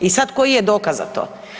I sad koji je dokaz za to?